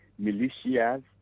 militias